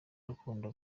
urukundo